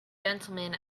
gentlemen